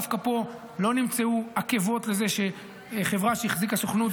דווקא פה לא נמצאו עקבות לזה שחברה שהחזיקה סוכנות,